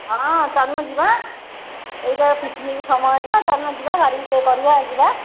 ହଁ ଚାଲୁନ ଯିବା ଏଇଟା ପିକ୍ନିକ୍ ସମୟ ତ ଚାଲ ଯିବା ଗାଡ଼ି ଗୋଟେ କରିବା ଯିବା